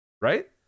right